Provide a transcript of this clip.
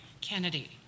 Kennedy